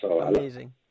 amazing